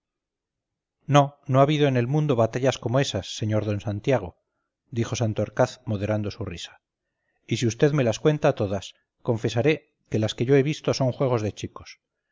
no no ha habido en el mundo batallas como esas sr d santiago dijo santorcaz moderando su risa y si vd me las cuenta todas confesaré que las que yo he visto son juegos de chicos